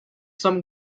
some